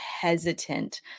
hesitant